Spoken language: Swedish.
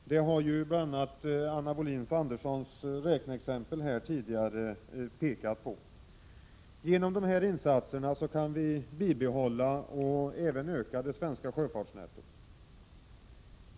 Det visar bl.a. Anna Wohlin-Anderssons tidigare räkneexempel. Genom dessa insatser kan vi bibehålla och även öka det svenska sjöfartsnettot.